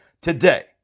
today